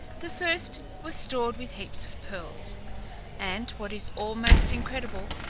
the first was stored with heaps of pearls and, what is almost incredible,